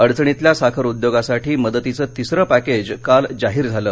अडचणीतल्या साखर उद्योगासाठी मदतीचं तिसरं पॅकेज काल जाहीर झालं